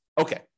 Okay